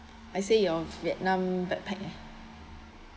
I say your vietnam backpack eh